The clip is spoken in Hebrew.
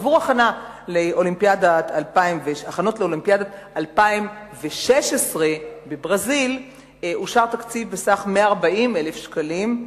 עבור הכנות לאולימפיאדת 2016 בברזיל אושר תקציב בסך 140,000 שקלים,